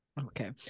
okay